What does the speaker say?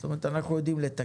זאת אומרת, אנחנו יודעים לתקן.